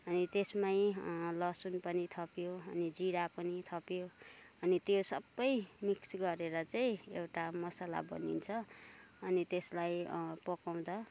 अनि त्यसमै लसुन पनि थप्यो अनि जिरा पनि थप्यो अनि त्यो सबै मिक्स गरेर चाहिँ एउटा मसला बनिन्छ अनि त्यसलाई पकाउँदा